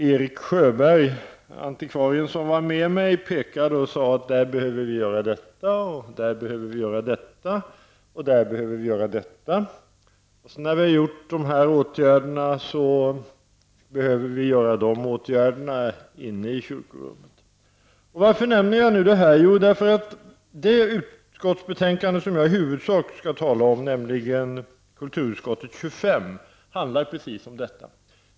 Erik Sjöberg, antikvarien som var med mig, pekade också och sade, att där behöver vi göra detta, och där behöver vi göra detta, och därefter är det nödvändigt att genomföra olika åtgärder inne i kyrkorummet. Varför nämner jag nu det här? Jo, anledningen är att det utskottsbetänkande som jag i huvudsak skall tala om, nämligen kulturutskottets betänkande nr 25, handlar precis om detta.